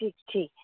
ठीक ऐ